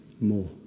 more